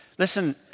Listen